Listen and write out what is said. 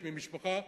משפחה,